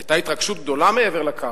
היתה התרגשות גדולה מעבר לקו.